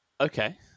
Okay